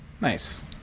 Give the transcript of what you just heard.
Nice